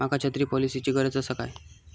माका छत्री पॉलिसिची गरज आसा काय?